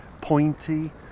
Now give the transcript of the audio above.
pointy